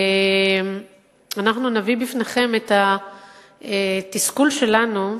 אנחנו נביא בפניכם את התסכול שלנו,